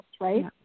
right